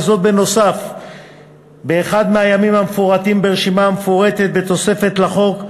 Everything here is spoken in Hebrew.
וזאת בנוסף לאחד הימים המפורטים ברשימה המפורטת בתוספת לחוק,